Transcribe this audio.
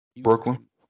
Brooklyn